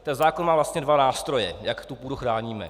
Ten zákon má vlastně dva nástroje, jak půdu chráníme.